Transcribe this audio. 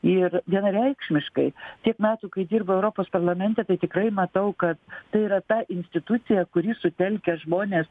ir vienareikšmiškai tiek metų kai dirbau europos parlamente tai tikrai matau kad tai yra ta institucija kuri sutelkia žmones